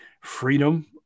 freedom